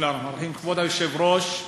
כבוד היושב-ראש,